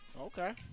Okay